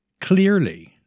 Clearly